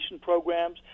programs